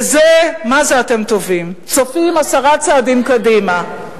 בזה אתם מה זה טובים, צופים עשרה צעדים קדימה.